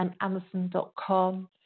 amazon.com